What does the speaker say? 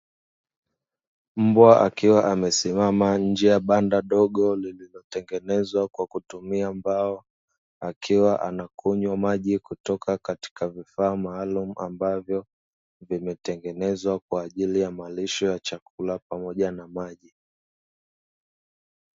Mbwa akiwa amesimama nje ya banda dogo lililotengenezwa kwa kutumia mbao, akiwa anakunywa maji kutoka katika vifaa maalum ambavyo vimetengenezwa kwa ajili ya malisho ya chakula pamoja na maji.